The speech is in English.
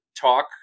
talk